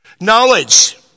Knowledge